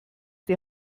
die